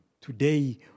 Today